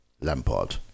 Lampard